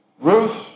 Ruth